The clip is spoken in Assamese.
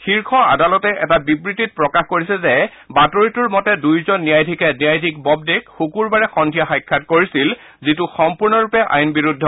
শীৰ্ষ আদালতে এটা বিবৃতিত প্ৰকাশ কৰিছে যে বাতৰিটোৰ মতে দুয়োজন ন্যায়াধীশে ন্যায়াধীশ ববডেক শুকুৰবাৰে সন্ধিয়া সাক্ষাৎ কৰিছিল যিটো সম্পূৰ্ণৰূপে আইনবিৰুদ্ধ